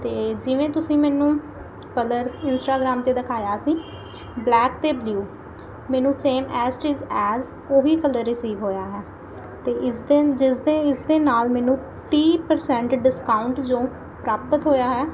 ਅਤੇ ਜਿਵੇਂ ਤੁਸੀਂ ਮੈਨੂੰ ਕਲਰ ਇੰਸਟਾਗ੍ਰਾਮ 'ਤੇ ਦਿਖਾਇਆ ਸੀ ਬਲੈਕ ਅਤੇ ਬਲਿਊ ਮੈਨੂੰ same as it is as ਉਹੀ ਕਲਰ ਰਿਸੀਵ ਹੋਇਆ ਹੈ ਅਤੇ ਇਸ ਦਿਨ ਜਿਸਦੇ ਇਸਦੇ ਨਾਲ ਮੈਨੂੰ ਤੀਹ ਪ੍ਰਸੈਂਟ ਡਿਸਕਾਊਂਟ ਜੋ ਪ੍ਰਾਪਤ ਹੋਇਆ ਹੈ